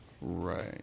Right